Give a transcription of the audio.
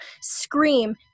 scream